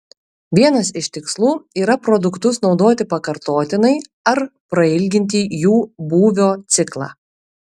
vienas iš tikslų yra produktus naudoti pakartotinai ar prailginti jų būvio ciklą